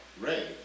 Ray